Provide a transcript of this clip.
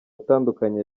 atandukanye